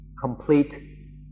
complete